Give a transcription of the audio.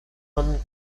one